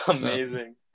Amazing